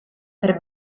per